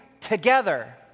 together